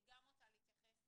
היא גם רוצה להתייחס